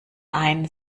ein